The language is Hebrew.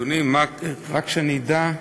רק שאני אדע,